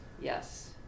Yes